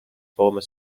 former